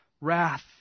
wrath